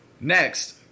Next